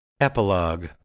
Epilogue